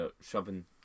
shoving